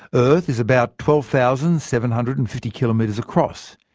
earth is about twelve thousand seven hundred and fifty kilometres across.